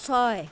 ছয়